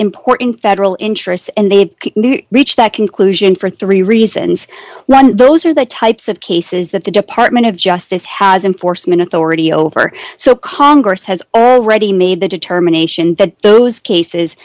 important federal interests and they've reached that conclusion for three reasons one those are the types of cases that the department of justice has enforcement authority over so congress has already made the determination that those cases